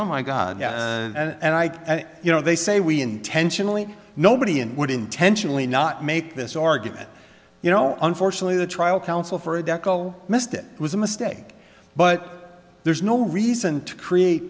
oh my god and i you know they say we intentionally nobody and would intentionally not make this argument you know unfortunately the trial counsel for adecco missed it was a mistake but there's no reason to create